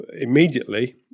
immediately